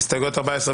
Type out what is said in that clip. ההסתייגות נפלה.